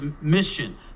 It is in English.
mission